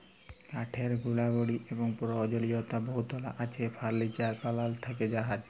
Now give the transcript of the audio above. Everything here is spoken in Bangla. কাঠের গুলাবলি এবং পরয়োজলীয়তা বহুতলা আছে ফারলিচার বালাল থ্যাকে জাহাজ